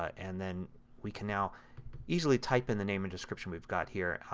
and then we can now easily type in the name and description we've got here.